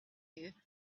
you